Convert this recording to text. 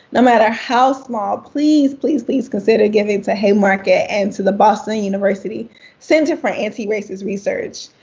no matter how small, please, please, please consider giving to haymarket and to the boston university center for antiracist research.